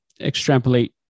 extrapolate